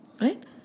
Right